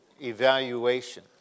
evaluation